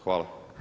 Hvala.